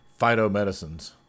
phytomedicines